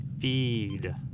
feed